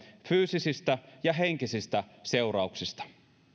fyysisistä ja henkisistä seurauksista